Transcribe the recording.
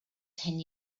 ten